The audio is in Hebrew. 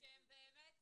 שהם באמת